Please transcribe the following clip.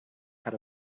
had